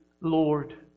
Lord